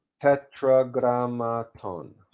tetragrammaton